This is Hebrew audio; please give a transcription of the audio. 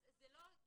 אז זה לא כיבוי,